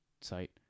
site